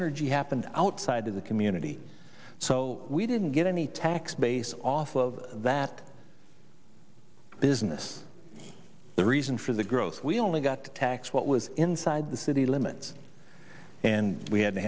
energy happened outside of the community so we didn't get any tax base off of that business the reason for the growth we only got to tax what was inside the city limits and we had to